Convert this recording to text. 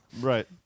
Right